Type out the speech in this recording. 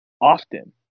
often